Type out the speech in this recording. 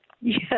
Yes